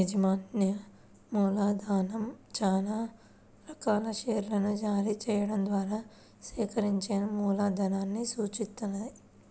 యాజమాన్య మూలధనం చానా రకాల షేర్లను జారీ చెయ్యడం ద్వారా సేకరించిన మూలధనాన్ని సూచిత్తది